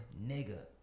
nigga